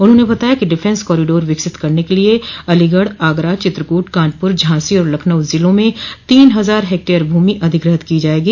उन्होने बताया कि डिफेंस कॉरिडोर विकसित करने के लिए अलीगढ़ आगरा चित्रकूट कानपुर झांसी और लखनऊ जिलों में तीन हजार हेक्टेयर भूमि अधिग्रहीत की जायेगी